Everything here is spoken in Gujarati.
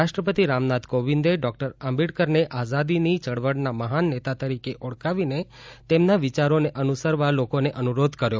રાષ્ટ્રપતિ રામનાથ કોવિંદે ડોકટર આંબેડકરને આઝાદીની ચળવળના મહાન નેતા તરીકે ઓળખાવીને તેમના વિચારોને અનુસરવા લોકોને અનુરોધ કર્યો